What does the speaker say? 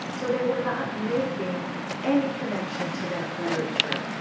so they were not making any connection to that literature,